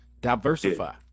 diversify